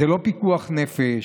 זה לא פיקוח נפש,